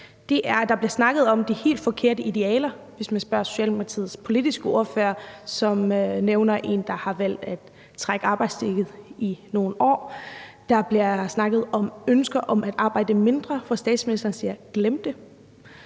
der bliver snakket om »de helt forkerte idealer«, hvis man spørger Socialdemokratiets politiske ordfører, som nævner en, der har valgt at trække stikket på arbejdslivet i nogle år. Der bliver snakket om ønsker om at arbejde mindre, hvor statsministeren siger: Glem